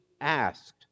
asked